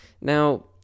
Now